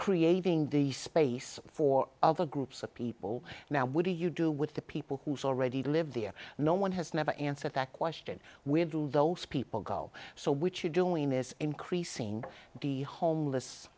creating the space for other groups of people now would you do with the people who's already lived there no one has never answered that question where do those people go so which you're doing is increasing the homeless